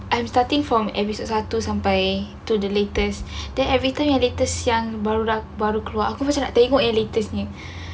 I'm starting from episode satu sampai to the latest then every time yang latest yang baru keluar aku macam nak tengok ya latest punya